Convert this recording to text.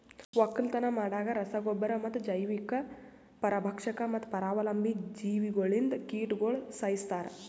ಒಕ್ಕಲತನ ಮಾಡಾಗ್ ರಸ ಗೊಬ್ಬರ ಮತ್ತ ಜೈವಿಕ, ಪರಭಕ್ಷಕ ಮತ್ತ ಪರಾವಲಂಬಿ ಜೀವಿಗೊಳ್ಲಿಂದ್ ಕೀಟಗೊಳ್ ಸೈಸ್ತಾರ್